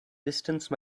distance